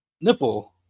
nipple